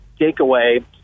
takeaway